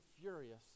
furious